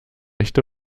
echte